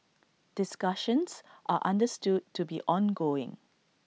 discussions are understood to be ongoing